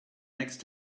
next